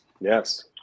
Yes